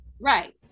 right